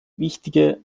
wichtige